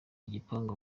igipangu